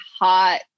hot